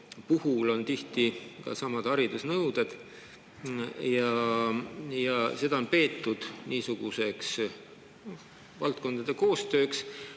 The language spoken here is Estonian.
puhul on tihti samad haridusnõuded. Ja seda on peetud niisuguseks valdkondade koostööks.